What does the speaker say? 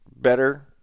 better